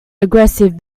aggressive